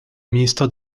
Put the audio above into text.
ministère